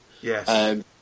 Yes